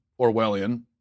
Orwellian